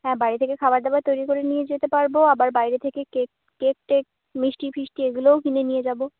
হ্যাঁ বাড়ি থেকে খাবার দাবার তৈরি করে নিয়ে যেতে পারবো আবার বাইরে থেকে কেক কেক টেক মিষ্টি ফিষ্টি এগুলোও কিনে নিয়ে যাবো